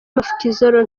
mafikizolo